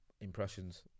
impressions